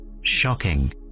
Shocking